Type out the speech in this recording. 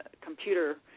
computer